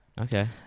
Okay